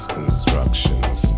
constructions